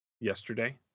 yesterday